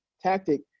tactic